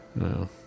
No